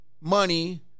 money